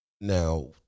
Now